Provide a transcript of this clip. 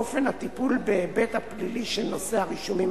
אופן הטיפול בהיבט הפלילי של נושא הרישומים